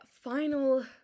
final